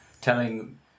telling